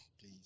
please